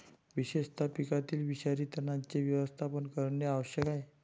विशेषतः पिकातील विषारी तणांचे व्यवस्थापन करणे आवश्यक आहे